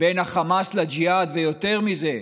בין החמאס לג'יהאד, ויותר מזה,